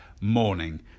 morning